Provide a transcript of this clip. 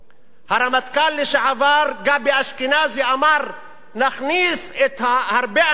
הרמטכ"ל לשעבר גבי אשכנזי אמר: נכניס הרבה אנשים,